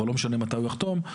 כבר לא משנה מתי הוא יחתום.